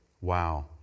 Wow